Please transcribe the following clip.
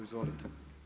Izvolite.